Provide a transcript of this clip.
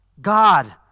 God